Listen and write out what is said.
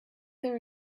there